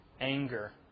anger